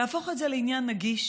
תהפוך את זה לעניין נגיש.